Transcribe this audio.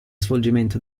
svolgimento